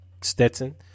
Stetson